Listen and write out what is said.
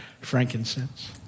frankincense